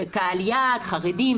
קהל יעד חרדים,